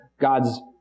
God's